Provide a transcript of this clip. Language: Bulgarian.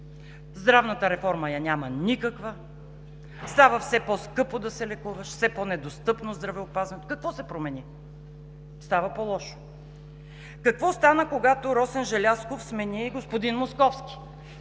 Здравната реформа я няма никаква, става все по-скъпо да се лекуваш, все по-недостъпно е здравеопазването. Какво се промени? Става по-лошо. Какво стана, когато Росен Желязков смени господин Московски?